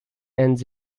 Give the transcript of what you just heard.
heinz